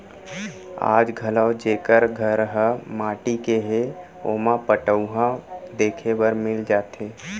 आज घलौ जेकर घर ह माटी के हे ओमा पटउहां देखे बर मिल जाथे